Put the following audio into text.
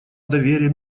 доверия